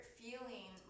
feeling